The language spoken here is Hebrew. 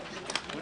טיבי,